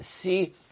see